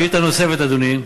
שאלה נוספת, אדוני.